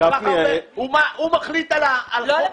הוא מחליט על חוק